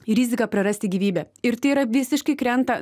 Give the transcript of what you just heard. rizika prarasti gyvybę ir tai yra visiškai krenta